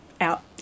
out